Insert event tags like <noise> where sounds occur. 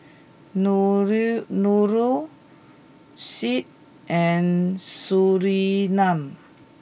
<unintelligible> Nurul Syed and Surinam